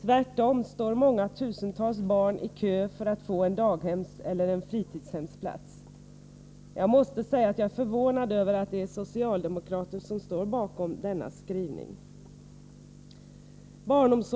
Tvärtom står många tusentals barn i kö för att få en daghemseller fritidshemsplats. Jag måste säga att jag är förvånad över att det är socialdemokrater som står bakom denna skrivning. Utskottsmajoriteten anser alltså att